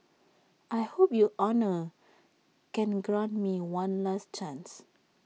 I hope your honour can grant me one last chance